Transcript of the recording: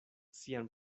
sian